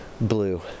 blue